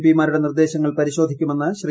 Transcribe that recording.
പിമാരുടെ നിർദ്ദേശങ്ങൾ പരിശോധിക്കുമെന്ന് ശ്രീ